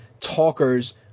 talkers